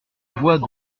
voix